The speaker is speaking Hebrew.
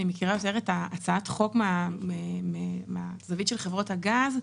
אני מכירה יותר את הצעת החוק מהזווית של חברות הגז,